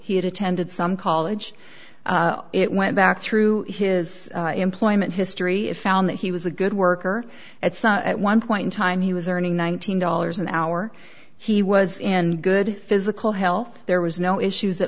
he had attended some college it went back through his employment history it found that he was a good worker at one point in time he was earning one thousand dollars an hour he was in good physical health there was no issues